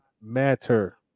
matter